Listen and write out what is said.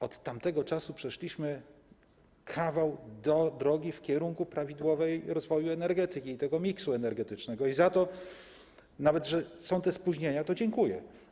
Od tamtego czasu przeszliśmy kawał drogi w kierunku prawidłowego rozwoju energetyki, tego miksu energetycznego i za to, mimo że są spóźnienia, dziękuję.